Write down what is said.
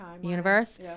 universe